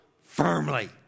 firmly